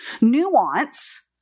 nuance